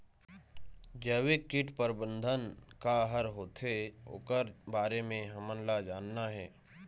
जैविक कीट प्रबंधन का हर होथे ओकर बारे मे हमन ला जानना हे?